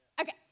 Okay